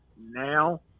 now